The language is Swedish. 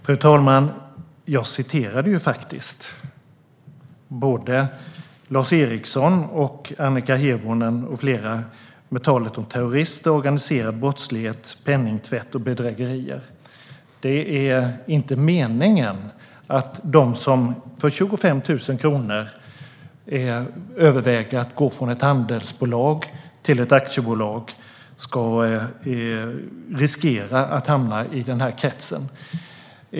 Fru talman! Jag citerade faktiskt Lars Eriksson, Annika Hirvonen med flera när det gällde talet om terrorister, organiserad brottslighet, penningtvätt och bedrägerier. Det är inte meningen att de som för 25 000 kronor överväger att gå från ett handelsbolag till ett aktiebolag ska riskera att hamna i den kretsen.